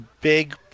big